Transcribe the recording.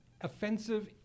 offensive